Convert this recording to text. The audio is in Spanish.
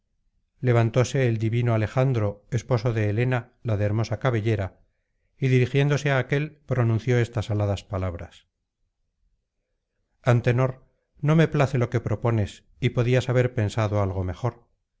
levantóse el divino alejandro esposo de helena la de hermosa cabellera y dirigiéndose á aquél pronunció estas aladas palabras antenor no me place lo que propones y podías haber pensado algo mejor